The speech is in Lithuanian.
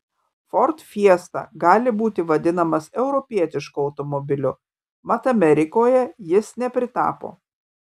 ford fiesta gali būti vadinamas europietišku automobiliu mat amerikoje jis nepritapo